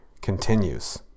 continues